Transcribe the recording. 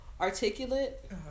articulate